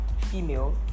female